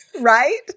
Right